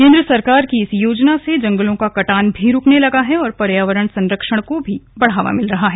केंद्र सरकार की इस योजना से जंगलों का कटान भी रुकने लगा है और पर्यावरण सरंक्षण को भी बढ़ावा मिल रहा है